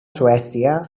suècia